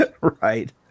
Right